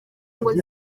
ngo